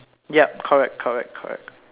yup correct correct correct